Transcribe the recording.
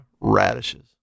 Radishes